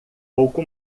pouco